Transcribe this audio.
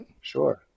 Sure